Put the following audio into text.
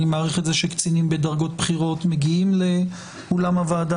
אני מאוד מעריך שקצינים בדרגות בכירות מגיעים לאולם הוועדה,